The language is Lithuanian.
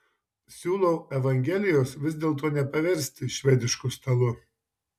siūlau evangelijos vis dėlto nepaversti švedišku stalu